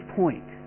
point